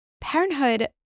Parenthood